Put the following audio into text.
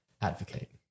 Advocate